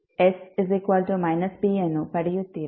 d2ds2spnF|s pಅನ್ನು ಪಡೆಯುತ್ತೀರ